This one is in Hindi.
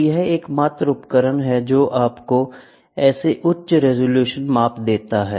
और यह एकमात्र उपकरण है जो आपको ऐसे उच्च रिज़ॉल्यूशन माप देता है